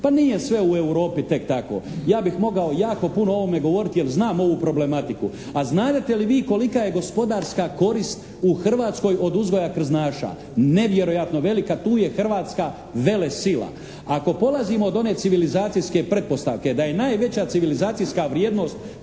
Pa nije sve u Europi tek tako. Ja bih mogao jako puno o ovome govoriti jer znam ovu problematiku, a znadete li vi kolika je gospodarska korist u Hrvatskoj od uzgoja krznaša? Nevjerojatno velika, tu je Hrvatska velesila. Ako polazimo od one civilizacijske pretpostavke da je najveća civilizacijska vrijednost